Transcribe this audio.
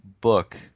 book